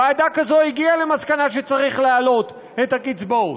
ועדה כזו הגיעה למסקנה שצריך להעלות את הקצבאות.